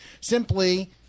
simply